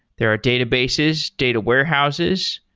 there are databases, data warehouses,